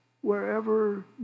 wherever